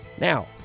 Now